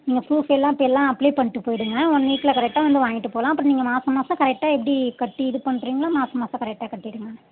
நீங்கள் ப்ரூஃப் எல்லாம் இப்போ எல்லாம் அப்ளே பண்ணிட்டு போயிடுங்க ஒன் வீக்கில் கரெக்டாக வந்து வாங்கிட்டு போகலாம் அப்புறம் நீங்கள் மாசம் மாசம் கரெக்டாக எப்படி கட்டி இது பண்ணுறிங்களோ மாசம் மாசம் கரெக்டாக கட்டிடுங்க மேம்